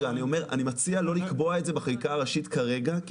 אני מציע לא לקבוע את זה בחקיקה הראשית כרגע כי